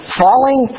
falling